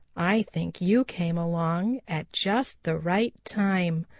i think you came along at just the right time.